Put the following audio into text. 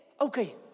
okay